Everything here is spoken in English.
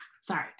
sorry